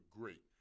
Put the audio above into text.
great